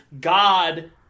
God